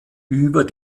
über